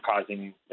causing